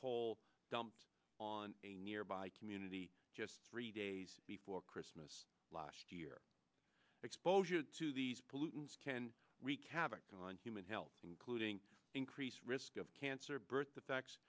coal dumped on a nearby community just three days before christmas last year exposure to these pollutants can wreak havoc on human health including increased risk of cancer birth defects